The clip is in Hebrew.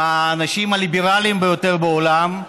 עם האנשים הליברליים ביותר בעולם,